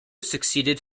succeeded